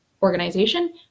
organization